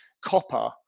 copper